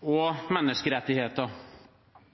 og menneskerettigheter.